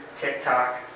TikTok